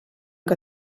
que